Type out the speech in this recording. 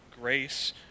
grace